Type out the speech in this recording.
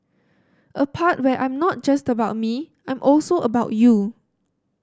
a part where I'm not just about me I'm also about you